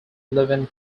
eleven